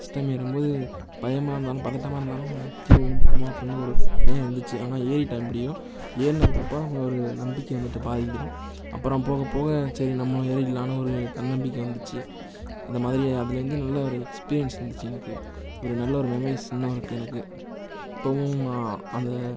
first time ஏறும் போது பயமாக இருந்தாலும் பதட்டமாக இருந்தாலும் கீழே விழுந்துருவோமோ அப்படின்னு ஒரு பயம் இருந்துச்சு ஆனால் ஏறிட்டேன் எப்படியும் ஏறுனதுக்கப்புறம் ஒரு நம்பிக்கை வந்துட்டு பாதி தூரம் அப்புறம் போக போக சரி நம்மளும் ஏறிடலாம்னு ஒரு தன்னம்பிக்கை வந்துச்சு அந்த மாதிரி அதுலேருந்து நல்ல ஒரு எக்ஸ்பீரியன்ஸ் இருந்துச்சு எனக்கு ஒரு நல்ல ஒரு மெமரிஸ் இன்னும் இருக்குது எனக்கு இப்பவும் நான் அந்த